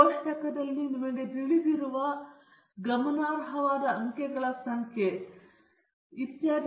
ಒಂದು ಕೋಷ್ಟಕದಲ್ಲಿ ನಿಮಗೆ ತಿಳಿದಿರುವ ಗಮನಾರ್ಹವಾದ ಅಂಕೆಗಳ ಸಂಖ್ಯೆ ಮತ್ತು ಇನ್ನಷ್ಟನ್ನು ನೀವು ನೋಡಬೇಕಾಗಿದೆ ಆದ್ದರಿಂದ ಅನೇಕ ವಿಷಯಗಳು